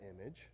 image